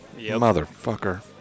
Motherfucker